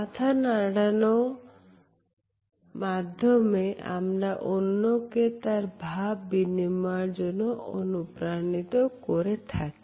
মাথা নাড়ানো মাধ্যমে আমরা অন্যকে তার ভাব বিনিময়ের জন্য অনুপ্রাণিত করে থাকে